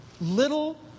little